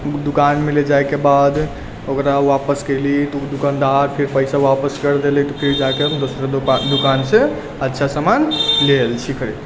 दोकानमे ले जाइके बाद ओकरा वापस कयली तऽ उ दोकानदार फिर पैसा वापस कर देलै फिर जाके हम दोसरो दोकानसँ अच्छा सामान ले आयल छी खरीदके